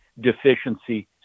deficiency